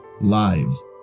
lives